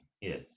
Yes